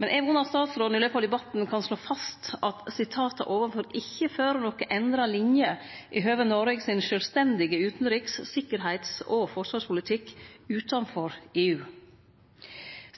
Men eg vonar statsråden i løpet av debatten kan slå fast at sitata ovanfor ikkje medfører noka endra linje i høve Noreg sin sjølvstendige utanriks-, sikkerheits- og forsvarspolitikk utanfor EU.